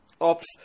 ops